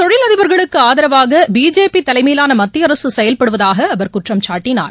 தொழில் அதிபர்களுக்கு ஆதரவாக பிஜேபி தலைமையிலான மத்திய அரசு செயல்படுவதாக அவர் குற்றம் சாட்டினார்